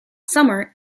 summer